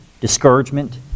discouragement